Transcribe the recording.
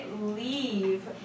leave